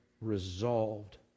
resolved